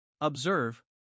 Observe